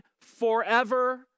forever